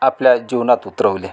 आपल्या जीवनात उतरवले